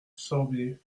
sorbiers